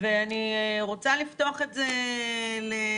ואני רוצה לפתוח את זה לדיון.